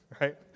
right